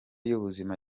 y’ubuzima